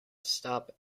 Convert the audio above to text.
stop